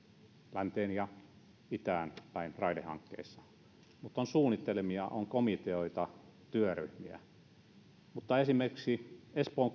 länteen ja itään päin raidehankkeissa on suunnitelmia on komiteoita on työryhmiä mutta esimerkiksi espoon